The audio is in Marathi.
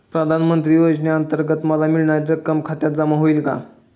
प्रधानमंत्री योजनेअंतर्गत मला मिळणारी रक्कम खात्यात जमा होईल का?